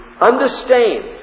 understand